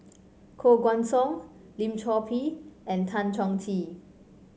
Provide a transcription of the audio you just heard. Koh Guan Song Lim Chor Pee and Tan Chong Tee